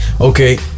Okay